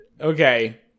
okay